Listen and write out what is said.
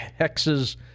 hexes